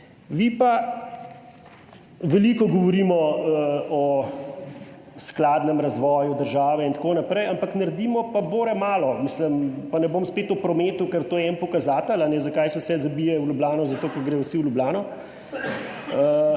Veliko govorimo o skladnem razvoju države, ampak naredimo pa bore malo. Mislim, pa ne bom spet o prometu, ker to je en pokazatelj, zakaj se vse zabije v Ljubljani, zato ker gredo vsi v Ljubljano,